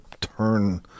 turn